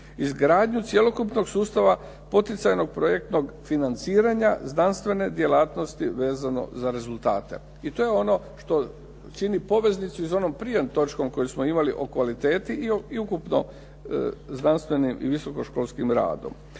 izgradnju cjelokupnog sustava, poticajnog projektnog financiranja znanstvene djelatnosti vezano za rezultate. I to je ono što čini poveznicu i za onom prije točkom koju smo imali o kvaliteti i ukupno znanstvenim i visokoškolskim radom.